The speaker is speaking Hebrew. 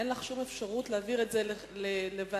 ואין לך שום אפשרות להעביר אותו לוועדה,